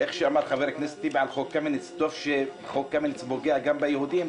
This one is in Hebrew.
חבר הכנסת טיבי אמר שטוב שחוק קמיניץ פוגע גם ביהודים,